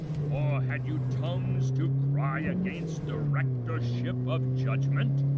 or had you tongues to cry against the rectorship of judgment?